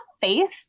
faith